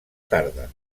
tarda